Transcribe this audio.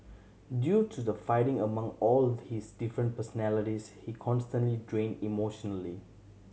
due to the fighting among all his different personalities he constantly drained emotionally